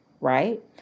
right